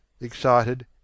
excited